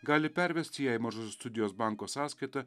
gali pervesti ją į mažosios studijos banko sąskaitą